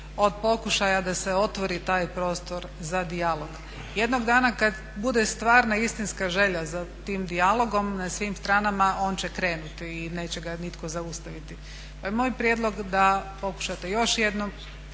od pokušaja da se otvori taj prostor za dijalog. Jednog dana kad bude stvarna i istinska želja za tim dijalogom na svim stranama on će krenuti i neće ga nitko zaustaviti. Moj je prijedlog da pokušate još jednom